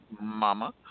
Mama